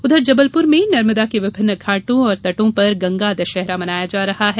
उधर जबलपुर में नर्मदा के विभिन्न घाटों और तटों पर गंगा दशहरा मनाया जा रहा है